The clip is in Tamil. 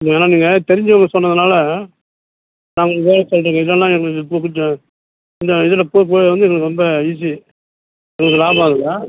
இல்லைண்ணா நீங்கள் தெரிஞ்சவங்க சொன்னதுனால் நாங்கள் இங்கே வேலை செய்கிறோங்க இல்லைன்னா எங்களுக்கு இப்போ கொஞ்சம் இந்த இதில் பூ பூவா வந்து எங்களுக்கு ரொம்ப ஈஸி எங்களுக்கு லாபம் அதில்